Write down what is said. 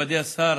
מכובדי השר,